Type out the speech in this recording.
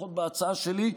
לפחות בהצעה שלי,